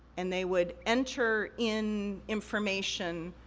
and they would enter in information,